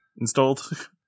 Installed